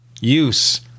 use